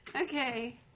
Okay